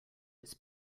its